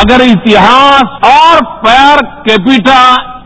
अगर इतिहास और पर कैंपिटा